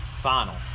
Final